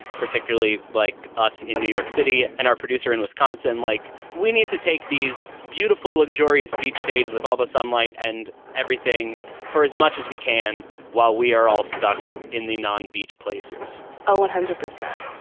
particularly like us in new york city and our producer in wisconsin, like we need to take these beautiful, luxurious beach days with all the sunlight and everything for as much as we can while we are all stuck in the non beach places oh, one hundred percent.